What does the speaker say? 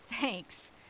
Thanks